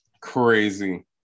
crazy